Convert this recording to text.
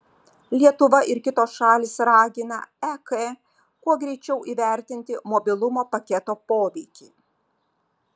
lietuva ir kitos šalys ragina ek kuo greičiau įvertinti mobilumo paketo poveikį